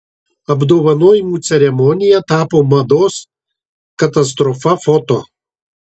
apdovanojimų ceremonija tapo mados katastrofa foto